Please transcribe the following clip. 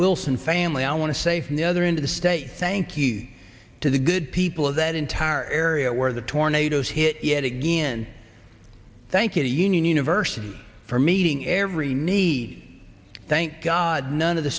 wilson family i want to say from the other end of the state thank you to the good people of that entire area where the tornadoes hit yet again thank you to union university for meeting every need thank god none of the